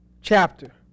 chapter